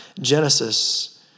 Genesis